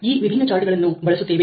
ಈ ವಿಭಿನ್ನ ಚಾರ್ಟ್ ಗಳನ್ನು ಬಳಸುತ್ತೇವೆ